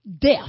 Death